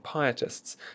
pietists